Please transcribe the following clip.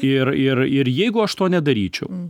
ir ir ir jeigu aš to nedaryčiau